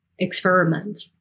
experiment